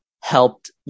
helped